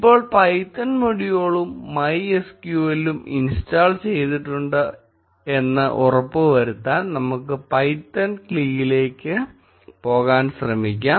ഇപ്പോൾ പൈത്തൺ മൊഡ്യൂളും MySQL ഉം ഇൻസ്റ്റാൾ ചെയ്തിട്ടുണ്ടെന്ന് ഉറപ്പുവരുത്താൻനമുക്ക് പൈത്തൺ CLI ലേക്ക് പോകാൻ ശ്രമിക്കാം